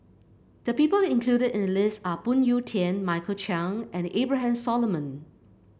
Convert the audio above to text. the people included in list are Phoon Yew Tien Michael Chiang and Abraham Solomon